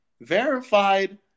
Verified